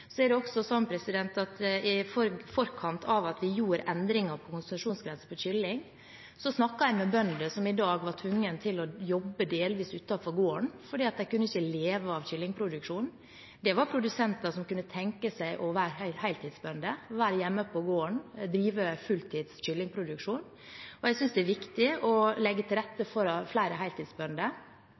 I forkant av at vi gjorde endringer i konsesjonsgrensene for kylling, snakket jeg med bønder som i dag var tvunget til å jobbe delvis utenfor gården fordi de ikke kunne leve av kyllingproduksjonen. Det var produsenter som kunne tenke seg å være heltidsbønder, å være hjemme på gården og drive fulltids kyllingproduksjon. Jeg synes det er viktig å legge til rette for flere heltidsbønder, at flere